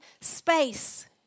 space